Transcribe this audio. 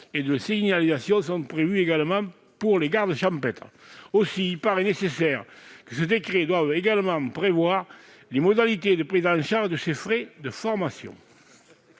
et de signalisation sont prévus également pour les gardes champêtres. Aussi, il paraît nécessaire que le décret prévoie également les modalités de prise en charge de ces frais de formation.